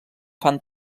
fan